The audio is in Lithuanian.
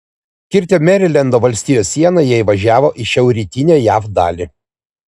kirtę merilendo valstijos sieną jie įvažiavo į šiaurrytinę jav dalį